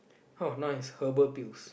oh now is herbal pills